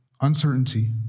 uncertainty